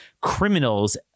criminals